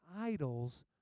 idols